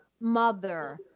mother